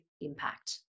impact